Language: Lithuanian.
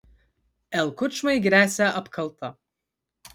l kučmai gresia apkalta